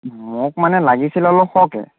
মোক মানে লাগিছিল অলপ সৰহকৈ